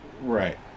Right